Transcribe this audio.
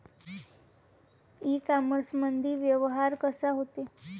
इ कामर्समंदी व्यवहार कसा होते?